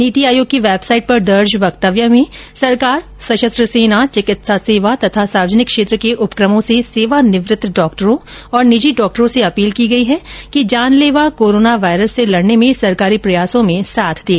नीति आयोग की वेबसाइट पर दर्ज वक्तव्य र्मे सरकार सशस्त्र सेना चिकित्सा सेवा तथा सार्वजनिक क्षेत्र के उपक्रमों से सेवानिवृत्त डॉक्टरों तथा निजी डॉक्टरों से अपील की गई कि जानलेवा कोरोना वायरस से लडने में सरकारी प्रयासों में साथ दें